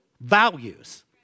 values